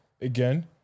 again